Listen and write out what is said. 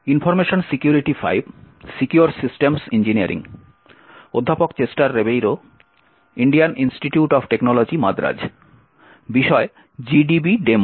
নমস্কার এবং এই বক্তৃতায় স্বাগতম